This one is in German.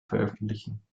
veröffentlichen